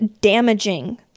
damaging